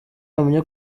wamenya